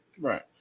Right